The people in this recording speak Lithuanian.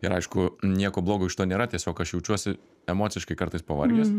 ir aišku nieko blogo iš to nėra tiesiog aš jaučiuosi emociškai kartais pavargęs